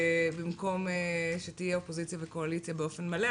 במקום שתהיה אופוזיציה וקואליציה באופן מלא.